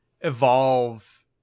evolve